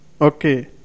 Okay